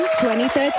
2013